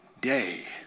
day